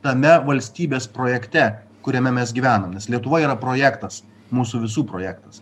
tame valstybės projekte kuriame mes gyvenam nes lietuva yra projektas mūsų visų projektas